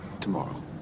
tomorrow